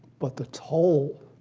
but the toll,